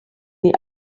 nie